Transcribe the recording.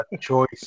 choice